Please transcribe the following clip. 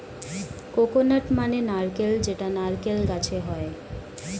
coconut মানে নারকেল যেটা নারকেল গাছে হয়